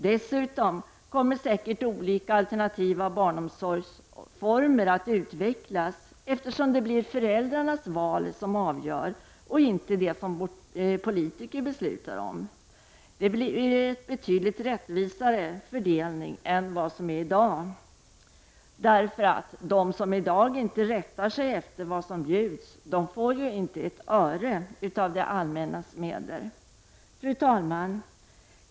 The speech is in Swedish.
Dessutom kommer säkert olika alternativa barnomsorgsformer att utvecklas, eftersom det blir föräldrarnas val som avgör och inte det som politiker beslutar om. Det blir en betydligt rättvisare fördelning än i dag, eftersom de som i dag inte rättar sig efter vad som bjuds inte får ett öre av det allmännas medel. Fru talman!